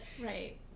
right